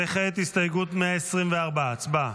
וכעת הסתייגות 124, הצבעה.